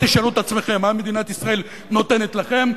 תשאלו את עצמכם מה מדינת ישראל נותנת לכם.